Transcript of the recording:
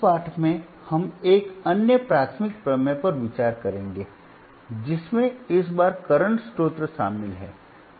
इस पाठ में हम एक अन्य प्राथमिक प्रमेय पर विचार करेंगे जिसमें इस बार करंट स्रोत शामिल हैं